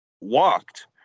walked